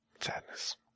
Sadness